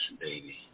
baby